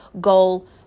goal